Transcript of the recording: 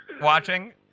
watching